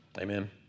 Amen